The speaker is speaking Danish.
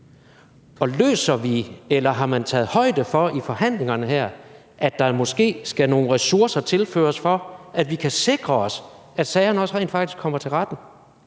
få dem for retten. Har man taget højde for i forhandlingerne her, at der måske skal tilføres nogle ressourcer, for at vi kan sikre os, at sagerne rent faktisk også kommer for retten?